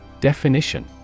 Definition